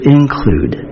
include